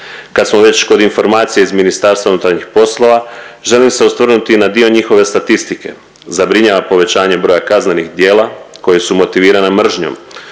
Kad smo već kod informacija iz MUP-a želim se osvrnuti na dio njihove statistike. Zabrinjava povećanje broja kaznenih djela koja su motivirana mržnjom.